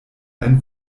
ein